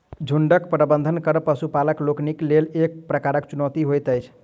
झुंडक प्रबंधन करब पशुपालक लोकनिक लेल एक प्रकारक चुनौती होइत अछि